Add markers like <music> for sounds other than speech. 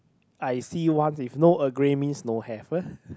I see once if no Earl Grey means no have <laughs>